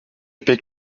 pek